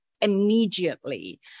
immediately